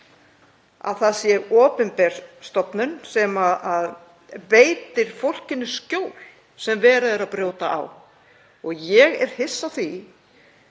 að það sé opinber stofnun sem veitir fólkinu skjól sem verið er að brjóta á. Ég væri hissa á því